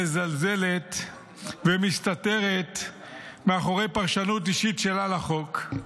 מזלזלת ומסתתרת מאחורי פרשנות אישית שלה לחוק.